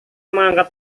mengangkat